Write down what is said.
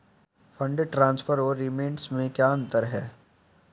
Fund transfer और remittance में क्या अंतर है?